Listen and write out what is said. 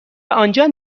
ازآنجا